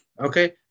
Okay